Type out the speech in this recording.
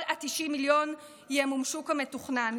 כל ה-90 מיליון ימומשו כמתוכנן.